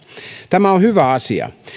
tämä on hyvä asia